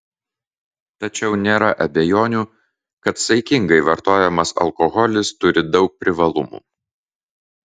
tačiau nėra abejonių kad saikingai vartojamas alkoholis turi daug privalumų